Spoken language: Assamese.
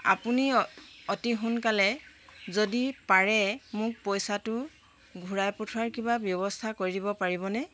আপুনি অতি সোনকালে যদি পাৰে মোক পইচাটো ঘূৰাই পঠোৱাৰ কিবা ব্যৱস্থা কৰি দিব পাৰিবনে